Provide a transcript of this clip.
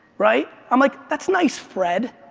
right? i'm like, that's nice, fred.